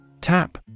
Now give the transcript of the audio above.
Tap